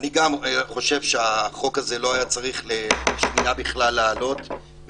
גם חושב שלא היה צריך להעלות את החוק הזה לשנייה,